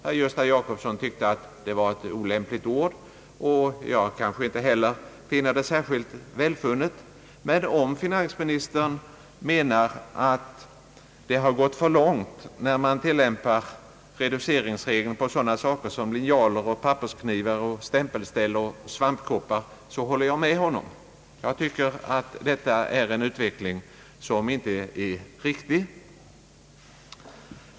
Herr Gösta Jacobsson tyckte att det var ett olämpligt ord, och jag tycker inte heller att det är särskilt väl funnet. Men om finansministern menar, att det har gått för långt när man tilllämpar reduceringsregeln på sådana saker som linjaler, pappersknivar, stämpelställ och svampkoppar, så håller jag med honom. Jag tycker att detta inte är en riktig utveckling.